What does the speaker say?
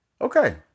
Okay